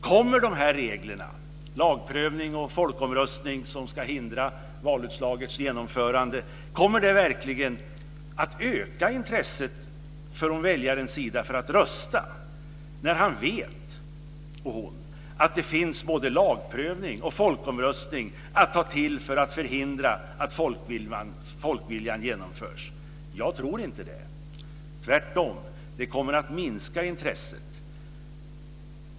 Kommer dessa regler om folkomröstning och lagprövning som ska förhindra valutslagets genomförande verkligen att öka intresset hos väljarna för att rösta när han eller hon vet att det finns både lagprövning och folkomröstning att ta till för att förhindra att folkviljan genomförs? Jag tror inte det. Tvärtom, det kommer att minska intresset.